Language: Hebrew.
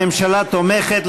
הממשלה תומכת,